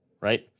right